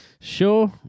Sure